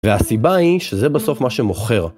והסיבה היא שזה בסוף מה שמוכר.